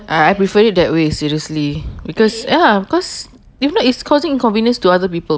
I I prefer it that way seriously because ya cause if not it's causing inconvenience to other people